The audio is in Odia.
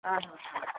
ଆ ହ ହ